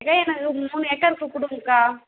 இதே எனக்கு மூணு ஏக்கருக்கு குடுங்கக்கா